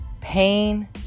Pain